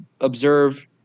observe